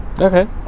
okay